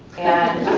and